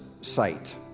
sight